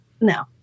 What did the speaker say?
no